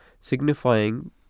signifying